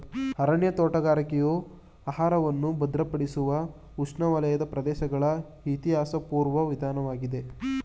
ಅರಣ್ಯ ತೋಟಗಾರಿಕೆಯು ಆಹಾರವನ್ನು ಭದ್ರಪಡಿಸುವ ಉಷ್ಣವಲಯದ ಪ್ರದೇಶಗಳ ಇತಿಹಾಸಪೂರ್ವ ವಿಧಾನವಾಗಿದೆ